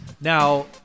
Now